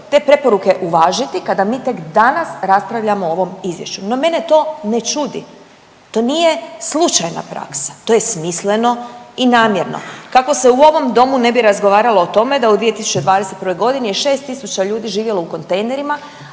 te preporuke uvažiti kada mi tek danas raspravljamo o ovom Izvješću? No, mene to ne čudi. To nije slučajna praksa. To je smisleno i namjerno kako se u ovom domu ne bi razgovaralo o tome da u 2021. g. je 6 tisuća ljudi živjelo u kontejnerima,